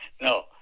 No